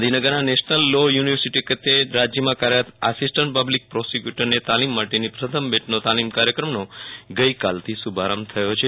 ગાંધીનગરના national law university ખાતે રાજ્યમાં કાર્યરત આસિસ્ટન્ટ પબલિક પ્રોસીક્યુટરને તાલીમ માટેની પ્રથમ બેચના તાલીમ કાર્યક્રમનો ગઈકાલથી શુભારંભ થયો છે